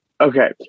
okay